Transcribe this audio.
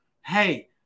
Hey